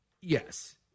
yes